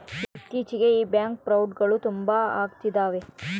ಇತ್ತೀಚಿಗೆ ಈ ಬ್ಯಾಂಕ್ ಫ್ರೌಡ್ಗಳು ತುಂಬಾ ಅಗ್ತಿದವೆ